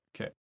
Okay